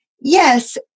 Yes